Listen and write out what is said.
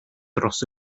dros